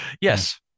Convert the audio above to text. Yes